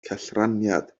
cellraniad